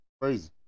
Crazy